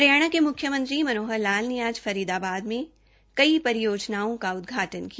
हरियाणा के मुख्यमंत्री मनोहर लाल ने आज फरीदाबाद में कई परियोजनाओं का उदघाटन किया